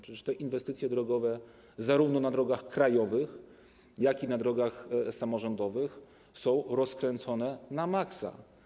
Przecież te inwestycje drogowe zarówno na drogach krajowych, jak i na drogach samorządowych są rozkręcone na maksa.